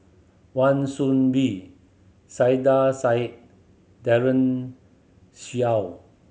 Wan Soon Bee Saiedah Said Daren Shiau